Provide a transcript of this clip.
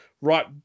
right